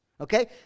Okay